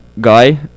guy